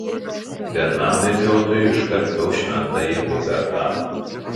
vienam medžiotojui iškarpiau šventąjį hubertą